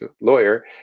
lawyer